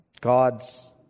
God's